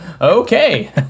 Okay